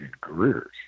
careers